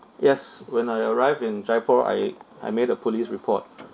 yes when I arrived in jaipur I I made a police report